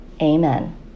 amen